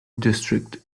district